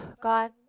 God